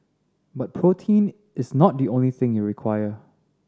but protein is not the only thing you require